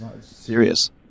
Serious